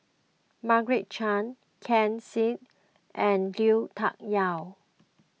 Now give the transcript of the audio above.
Margaret Chan Ken Seet and Lui Tuck Yew